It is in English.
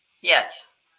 Yes